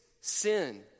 sin